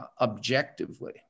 objectively